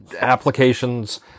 applications